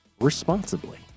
responsibly